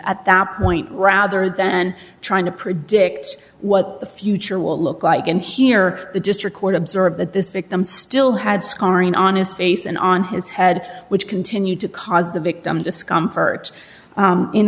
at that point rather than trying to predict what the future will look like and here the district court observe that this victim still had scarring on his face and on his head which continued to cause the victim discomfort